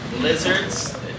lizards